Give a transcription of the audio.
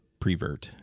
prevert